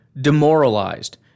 demoralized